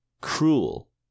cruel